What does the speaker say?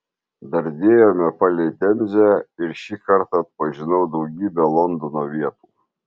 dardėjome palei temzę ir šį kartą atpažinau daugybę londono vietų